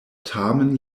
tamen